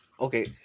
Okay